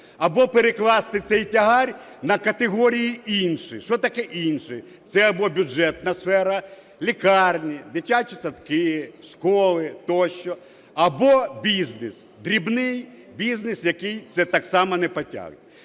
або перекласти цей тягар на категорії інші. Що таке "інші"? Це або бюджетна сфера (лікарні, дитячі садки, школи тощо) або бізнес, дрібний бізнес, який це так само не потягне.